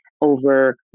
over